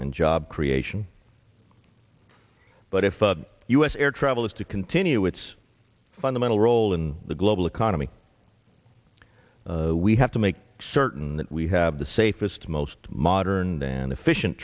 and job creation but if u s air travel is to continue its fundamental role in the global economy we have to make certain that we have the safest most modern dan efficient